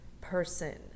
person